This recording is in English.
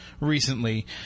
recently